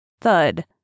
thud